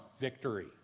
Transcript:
victory